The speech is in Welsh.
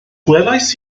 gwelais